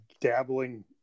dabbling